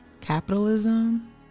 capitalism